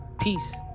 Peace